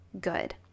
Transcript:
good